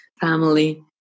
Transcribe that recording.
family